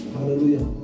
Hallelujah